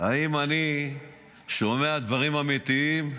האם אני שומע דברים אמיתיים,